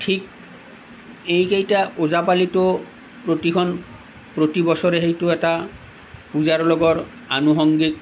ঠিক এইকেইটা ওজাপালিতো প্ৰতিখন প্ৰতিবছৰে সেইটো এটা পূজাৰ লগৰ আনুসংগিক